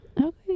Okay